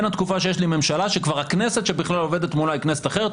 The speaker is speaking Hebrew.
התקופה שיש לי ממשלה שכבר הכנסת שבכלל עובדת מולה היא כנסת אחרת.